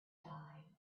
dive